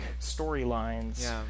storylines